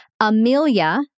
Amelia